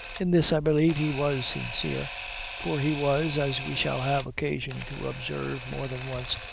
in this, i believe, he was sincere for he was, as we shall have occasion to observe more than once,